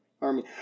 Army